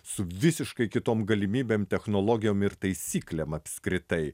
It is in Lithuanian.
su visiškai kitom galimybėm technologijom ir taisyklėm apskritai